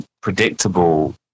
predictable